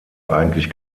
eigentlich